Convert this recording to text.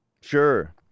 Sure